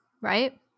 right